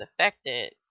affected